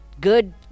good